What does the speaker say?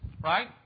right